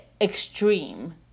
extreme